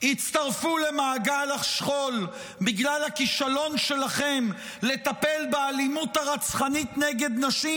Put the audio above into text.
הצטרפו למעגל השכול בגלל הכישלון שלכם לטפל באלימות הרצחנית נגד נשים,